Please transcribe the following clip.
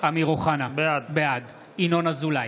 אמיר אוחנה, בעד ינון אזולאי,